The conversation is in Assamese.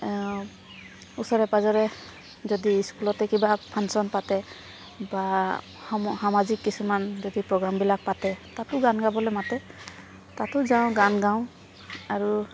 ওচৰে পাঁজৰে যদি স্কুলতে কিবা ফাংশ্যন পাতে বা সম সামাজিক কিছুমান যদি প্ৰগ্ৰামবিলাক পাতে তাতো গান গাবলৈ মাতে তাতো যাওঁ গান গাওঁ আৰু